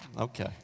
Okay